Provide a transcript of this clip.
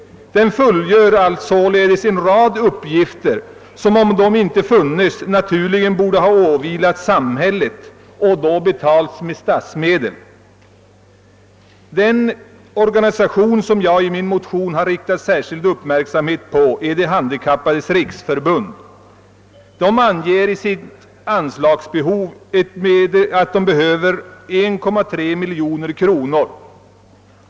Denna föreningsverksamhet fyller alltså en rad uppgifter, vilka i en situation där ingen föreningsverksamhet finns borde åvila samhället och betalas med statsmedel. Den organisation som jag i min motion har fäst uppmärksamheten på är De handikappades riksförbund. Förbundet anger sitt anslagsbehov till 1,3 miljon kronor.